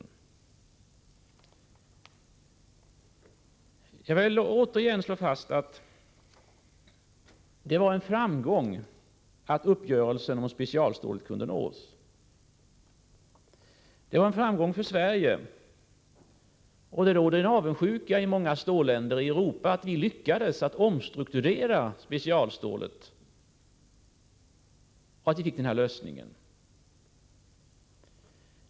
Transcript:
Återigen vill jag slå fast att det var en framgång att uppgörelsen om specialstålet kunde nås. Det var en framgång för Sverige. I många stålländer i Europa är man avundsjuk över att vi lyckades omstrukturera specialstålsindustrin och att vi kom fram till den här lösningen.